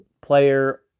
player